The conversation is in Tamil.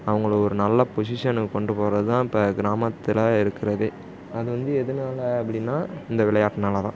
அவங்கள ஒரு நல்ல பொஷிஷனுக்கு கொண்டு போகிறதுதான் இப்போ கிராமத்தில் இருக்கிறதே அது வந்து எதனால அப்படின்னா இந்த விளையாட்டினால தான்